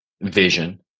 vision